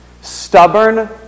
stubborn